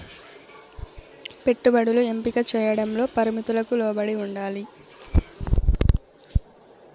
పెట్టుబడులు ఎంపిక చేయడంలో పరిమితులకు లోబడి ఉండాలి